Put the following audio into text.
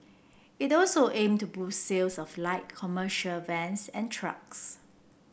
it also aim to boost sales of light commercial vans and trucks